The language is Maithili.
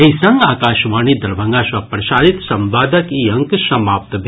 एहि संग आकाशवाणी दरभंगा सँ प्रसारित संवादक ई अंक समाप्त भेल